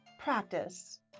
practice